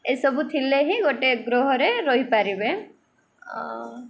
ଏସବୁ ଥିଲେ ହିଁ ଗୋଟେ ଗ୍ରହରେ ରହିପାରିବେ